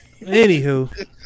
Anywho